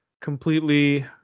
completely